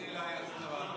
איפה יאיר איפה?